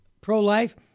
pro-life